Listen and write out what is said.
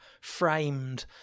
framed